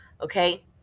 Okay